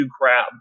Crab